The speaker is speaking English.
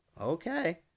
Okay